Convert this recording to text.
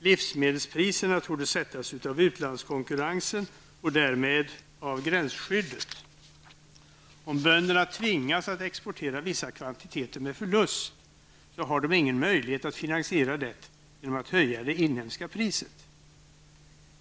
Livsmedelspriserna torde sättas av utlandskonkurrensen och därmed av gränsskyddet. Om bönderna tvingas att exportera vissa kvantiteter med förlust, har de ingen möjlighet att finansiera den genom att höja det inhemska priset.